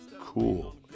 Cool